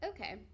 okay